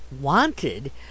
wanted